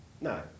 No